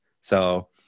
So-